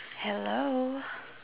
hello